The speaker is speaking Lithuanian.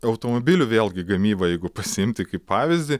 automobilių vėlgi gamyba jeigu pasiimti kaip pavyzdį